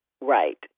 right